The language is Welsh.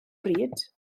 bryd